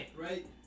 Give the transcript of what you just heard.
right